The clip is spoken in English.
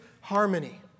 harmony